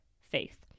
faith